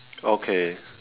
okay